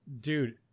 Dude